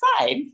inside